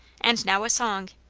and now a song,